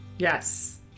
Yes